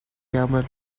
camel